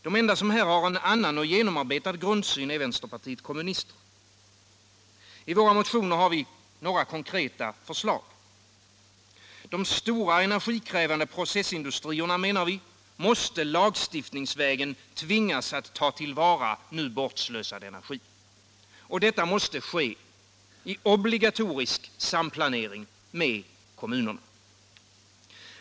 Det enda parti som här har en annan och genomarbetad grundsyn är vänsterpartiet kommunisterna. I våra motioner har vi några konkreta förslag. De stora energikrävande processindustrierna måste, enligt vår mening, lagstiftningsvägen tvingas att ta till vara nu bortslösad energi, och detta måste ske i obligatorisk samplanering med kommunerna.